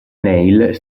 neil